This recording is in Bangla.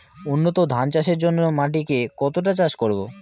উন্নত ধান চাষের জন্য মাটিকে কতটা চাষ করব?